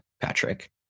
Patrick